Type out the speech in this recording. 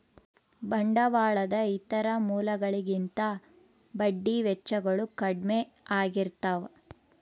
ಬಂಡವಾಳದ ಇತರ ಮೂಲಗಳಿಗಿಂತ ಬಡ್ಡಿ ವೆಚ್ಚಗಳು ಕಡ್ಮೆ ಆಗಿರ್ತವ